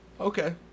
okay